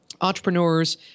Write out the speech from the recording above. Entrepreneurs